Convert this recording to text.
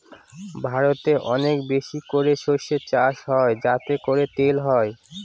ভারতে অনেক বেশি করে সর্ষে চাষ হয় যাতে করে তেল হয়